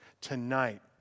tonight